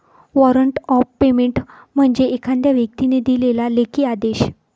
warrant of payment म्हणजे एखाद्या व्यक्तीने दिलेला लेखी आदेश